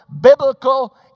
biblical